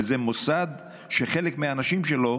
וזה מוסד שחלק מהאנשים שלו,